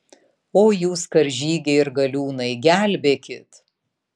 oi jūs karžygiai ir galiūnai gelbėkit